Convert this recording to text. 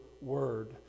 word